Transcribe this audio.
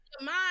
mind